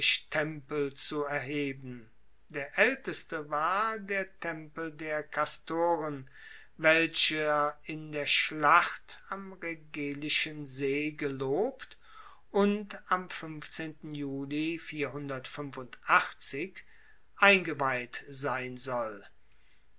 tempel zu erheben der aelteste war der tempel der kastoren welcher in der schlacht am regillischen see gelobt und am juli eingeweiht sein soll